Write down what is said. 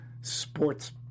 sports